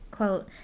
quote